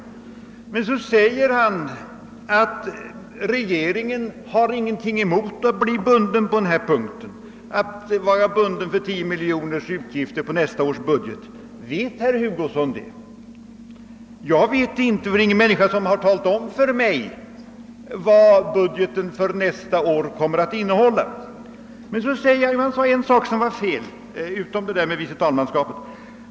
Herr Hugosson gör gällande att regeringen inte har någonting emot att bli bunden för 10 miljoner kronors utgifter på nästa års budget. Vet herr Hugosson det? Jag gör det inte, ty ingen människa har talat om för mig vad budgeten för nästa år kommer att innehålla. Herr Hugosson har fel på ännu en punkt utöver vicetalmanskapet.